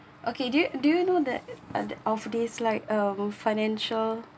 okay do you do you know that uh of days like um financial